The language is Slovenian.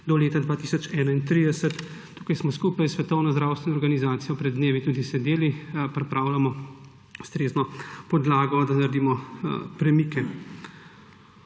do leta 2031. Tukaj smo tudi skupaj s Svetovno zdravstveno organizacijo pred dnevi sedeli, pripravljamo ustrezno podlago, da naredimo premike.